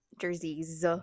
jerseys